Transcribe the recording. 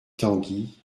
tanguy